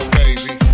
baby